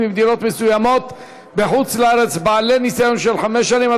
ממדינות מסוימות בחוץ לארץ בעלי ניסיון של חמש שנים),